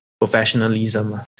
professionalism